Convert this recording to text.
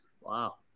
wow